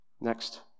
Next